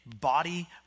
body